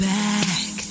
back